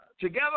Together